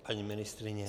Paní ministryně?